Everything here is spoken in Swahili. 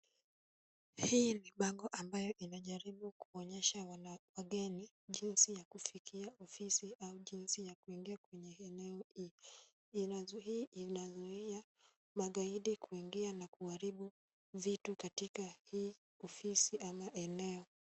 Hii ni bango ambayo inajaribu kuonyesha wageni jinsi ya kufikia ofisi au jinsi ya kuingia kwenye eneo hii. Inazuia magaidi kuingia na kuharibu vitu katika hii ofisi ama eneo.